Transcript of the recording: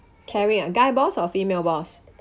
caring ah guy boss or female boss